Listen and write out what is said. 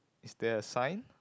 is there are signs